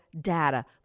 data